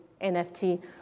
NFT